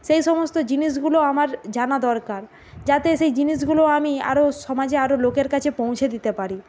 সেই সমস্ত জিনিসগুলো আমার জানা দরকার যাতে সেই জিনিসগুলো আমি আরো সমাজে আরো লোকের কাছে পৌঁছে দিতে পারি